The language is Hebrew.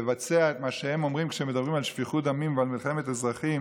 לבצע את מה שהם אומרים כשהם מדברים על שפיכות דמים ועל מלחמת אזרחים,